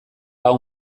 hau